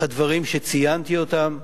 הדברים שציינתי אותם,